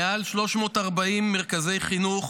מעל 340 מרכזי חינוך